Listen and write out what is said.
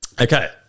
Okay